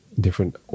different